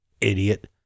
idiot